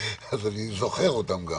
אז אני גם זוכר אותם.